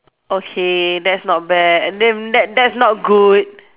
okay that's not bad and damn that that's not good